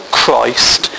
christ